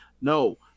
no